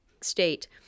state